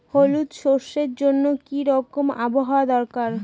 হলুদ সরষে জন্য কি রকম আবহাওয়ার দরকার?